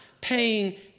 paying